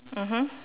mmhmm